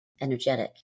energetic